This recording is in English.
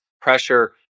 pressure